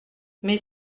mais